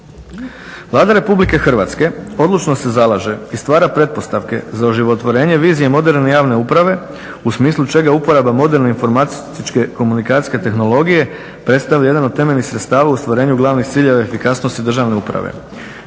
Vlada RH odlučno se zalaže i stvara pretpostavke za oživotvorenje vizije moderne javne uprave u smislu čega je uporaba moderne informacijske komunikacijske tehnologije predstavlja jedan od temeljnih sredstava u ostvarenju glavnih ciljeva efikasnosti državne uprave.